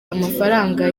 amafaranga